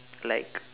like